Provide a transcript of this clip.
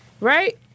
right